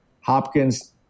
Hopkins